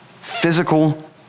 Physical